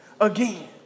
Again